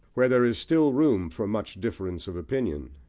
where there is still room for much difference of opinion.